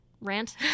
Rant